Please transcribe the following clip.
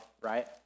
right